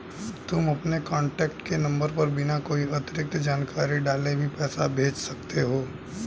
तुम अपने कॉन्टैक्ट के नंबर पर बिना कोई अतिरिक्त जानकारी डाले भी पैसे भेज सकते हो